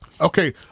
Okay